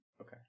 Okay